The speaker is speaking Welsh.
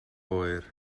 oer